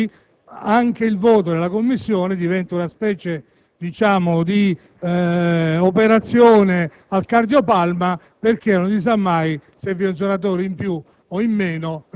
per cui anche il voto diventa una specie di operazione al cardiopalmo perché non si sa mai se vi è un senatore in più